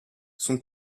son